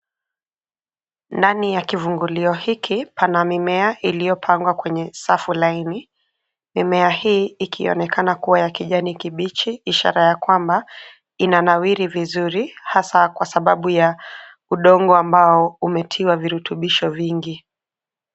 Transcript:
Ndani ya kivungulio hiki pana mimea iliyopangwa kwenye safu laini. Mimea hii ikionekana kuwa ya kijani kibichi, ishara ya kwamba inanawiri vizuri, hasaa kwa sababu ya udongo ambao umetiwa virutubisho vingi.